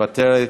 מוותרת,